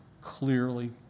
clearly